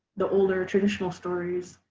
the older traditional stories